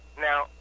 now